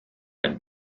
and